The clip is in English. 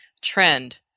trend